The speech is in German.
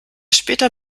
später